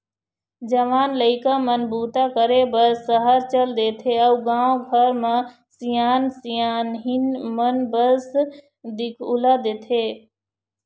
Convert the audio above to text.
जवान लइका मन बूता करे बर सहर चल देथे अउ गाँव घर म सियान सियनहिन मन बस दिखउल देथे